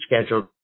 scheduled